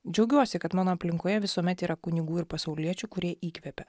džiaugiuosi kad mano aplinkoje visuomet yra kunigų ir pasauliečių kurie įkvepia